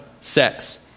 sex